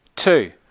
Two